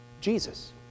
Jesus